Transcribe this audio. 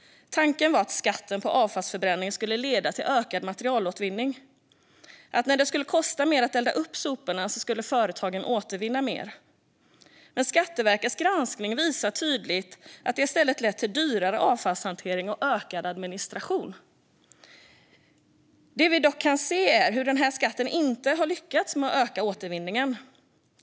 Tanken var att skatten på avfallsförbränning skulle leda till ökad materialåtervinning, att om det skulle kosta mer att elda upp soporna skulle företagen återvinna mer. Men Skatteverkets granskning visar tydligt att det i stället har lett till dyrare avfallshantering och ökad administration. Vad vi dock kan se är hur den här skatten inte har lyckats öka återvinningen.